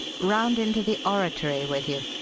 round into the oratory with you.